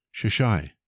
Shishai